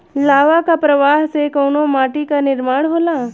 लावा क प्रवाह से कउना माटी क निर्माण होला?